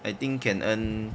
I think can earn